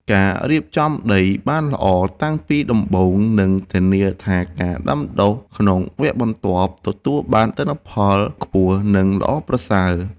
ការរៀបចំដីបានល្អតាំងពីដំបូងនឹងធានាថាការដាំដុះក្នុងវគ្គបន្ទាប់ទទួលបានទិន្នផលខ្ពស់ និងល្អប្រសើរ។